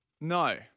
no